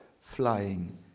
flying